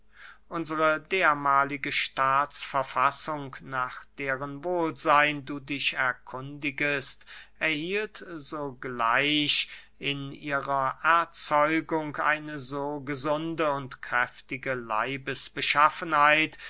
unsere dermahlige staatsverfassung nach deren wohlseyn du dich erkundigest erhielt sogleich in ihrer erzeugung eine so gesunde und kräftige